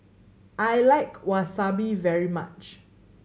I like Wasabi very much